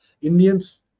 Indians